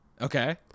Okay